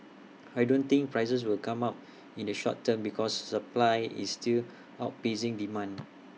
I don't think prices will come up in the short term because supply is still outpacing demand